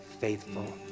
faithful